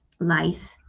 life